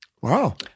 Wow